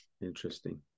Interesting